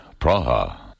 Praha